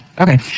Okay